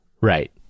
Right